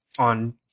on